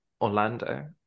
Orlando